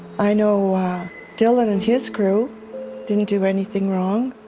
i know dylan and his crew didn't do anything wrong.